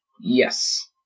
Yes